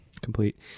Complete